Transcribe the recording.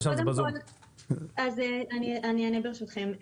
אני אענה, ברשותכם.